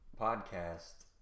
podcast